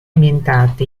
ambientate